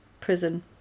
prison